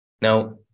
Now